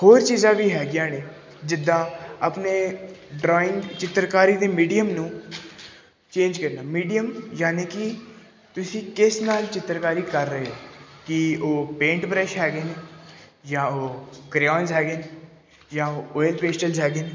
ਹੋਰ ਚੀਜ਼ਾਂ ਵੀ ਹੈਗੀਆਂ ਨੇ ਜਿੱਦਾਂ ਆਪਣੇ ਡਰਾਇੰਗ ਚਿੱਤਰਕਾਰੀ ਦੇ ਮੀਡੀਅਮ ਨੂੰ ਚੇਂਜ ਕਰਨਾ ਮੀਡੀਅਮ ਯਾਨੀ ਕਿ ਤੁਸੀਂ ਕਿਸ ਨਾਲ ਚਿੱਤਰਕਾਰੀ ਕਰ ਰਹੇ ਹੋ ਕਿ ਉਹ ਪੇਂਟ ਬ੍ਰਸ਼ ਹੈਗੇ ਨੇ ਜਾਂ ਉਹ ਕਰਿਓਨਸ ਹੈਗੇ ਨੇ ਜਾਂ ਉਹ ਓਇਲ ਪੇਸਟਲਸ ਹੈਗੇ ਨੇ